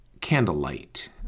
candlelight